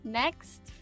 next